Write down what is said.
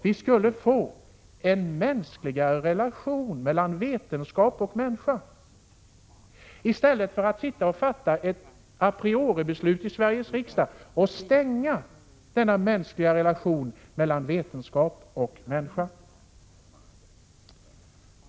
Då skulle vi få en mänskligare relation mellan vetenskap och människa, i stället för att sitta här i Sveriges riksdag och fatta ett a priori-beslut om att stänga denna relation mellan vetenskap och människa.